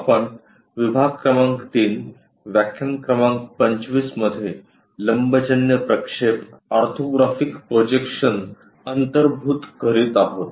आपण विभाग क्रमांक 3 व्याख्यान क्रमांक 25 मध्ये लंबजन्य प्रक्षेप ऑर्थोग्राफिक प्रोजेक्शन अंतर्भूत करीत आहोत